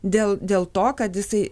dėl dėl to kad jisai